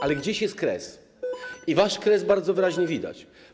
Ale gdzieś jest kres, a wasz kres bardzo wyraźnie widać.